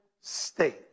state